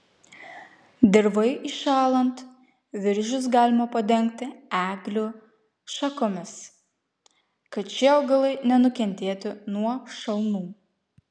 dirvai įšąlant viržius galima padengti eglių šakomis kad šie augalai nenukentėtų nuo šalnų